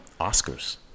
Oscars